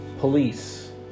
Police